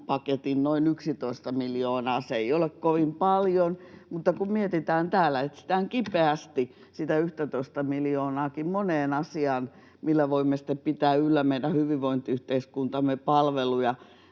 vaiheessa noin 11 miljoonaa. Se ei ole kovin paljon, mutta kun mietitään, että täällä etsitään kipeästi sitä 11:tä miljoonaakin moneen asiaan, millä voimme sitten pitää yllä meidän hyvinvointiyhteiskuntamme palveluja,